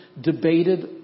debated